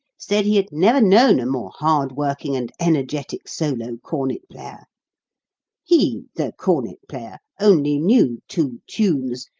said he had never known a more hard-working and energetic solo cornet-player. he, the cornet-player, only knew two tunes,